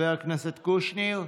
חבר הכנסת יברקן,